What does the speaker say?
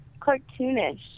cartoonish